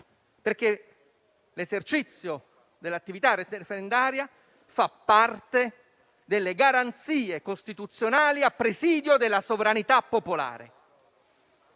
perché l'esercizio dell'attività referendaria fa parte delle garanzie costituzionali a presidio della sovranità popolare.